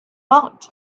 out